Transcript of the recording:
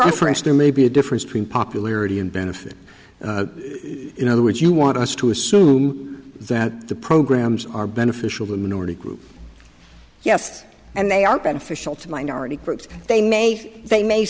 difference there may be a difference between popularity and benefit in other words you want us to assume that the programs are beneficial to minority group yes and they are beneficial to minority groups they may they may